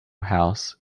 house